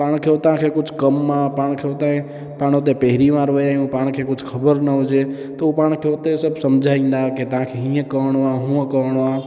पाण खे हुतांखे कुझु कमु आहे पाण खे हुतांजे पाणि हुते पहिरीं वार विया आहियूं पाण खे हुते कुझु ख़बर न हुजे त पोइ पाण खे हुते पाणि सभु समुझाईंदा की तव्हांखे हीअं करिणो आहे हूअं करिणो आहे